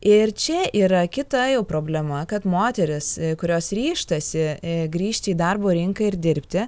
ir čia yra kita jau problema kad moterys kurios ryžtasi grįžti į darbo rinką ir dirbti